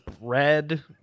red